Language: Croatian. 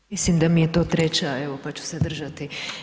Evo, mislim da mi je to treća, evo pa ću se držati.